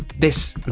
this.